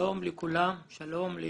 שלום לכולם, שלום ליושב-ראש,